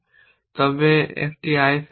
তবে একটি i ফেরত দিন